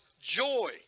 joy